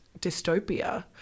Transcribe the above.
dystopia